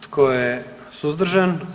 Tko je suzdržan?